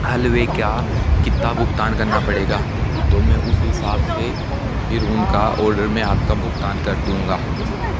हलवे का कितना भुगतान करना पड़ेगा तो मैं उस हिसाब से फिर उनका और मैं आपका भुगतान कर दूँगा